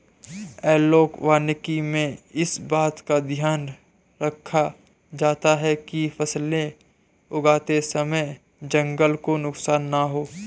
analogue वानिकी में इस बात का ध्यान रखा जाता है कि फसलें उगाते समय जंगल को नुकसान ना हो